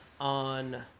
on